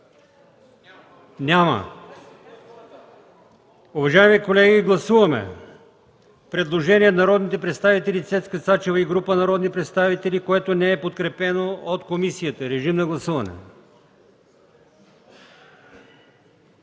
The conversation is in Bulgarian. Уважаеми колеги, гласуваме. Започваме с предложението на народния представител Цецка Цачева и група народни представители, което не е подкрепено от комисията. Моля, режим на гласуване.